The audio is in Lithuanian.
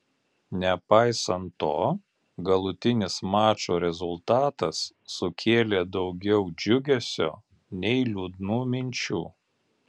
nepaisant to galutinis mačo rezultatas sukėlė daugiau džiugesio nei liūdnų minčių